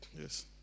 Yes